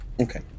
Okay